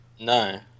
No